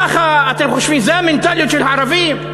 ככה אתם חושבים, זה המנטליות של הערבים?